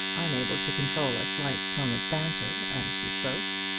unable to control a slight tone of banter as she spoke.